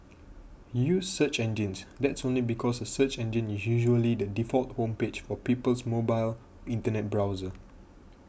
use search engines that's only because a search engine is usually the default home page for people's mobile Internet browser